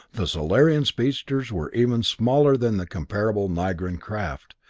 the solarian speedsters were even smaller than the comparable nigran craft,